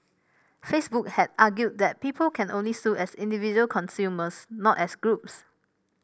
Facebook had argued that people can only sue as individual consumers not as groups